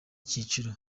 cyiciro